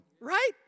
right